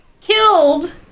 killed